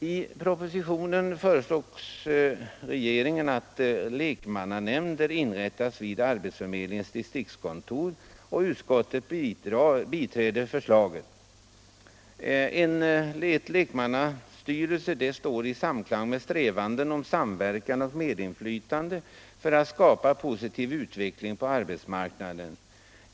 I propositionen föreslår regeringen att lekmannanämnder inrättas vid 11 Ett lekmannainflytande står i samklang med strävan tll samverkan och medinflytande för att skapa positiv utveckling på arbetsmarknaden.